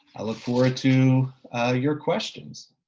i look forward to your questions.